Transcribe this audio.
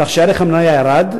כך שערך המניה ירד,